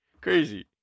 crazy